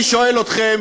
אני שואל אתכם